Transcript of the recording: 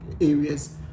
areas